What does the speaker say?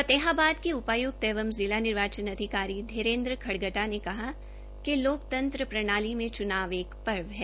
फतेहाबाद के उपायुक्त एवं जिला निर्वाचन अधिकारी धीरेन्द्र खडगटा ने कहा कि लोकतंत्र प्रणाली में चुनाव एक पर्व है